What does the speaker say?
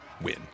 win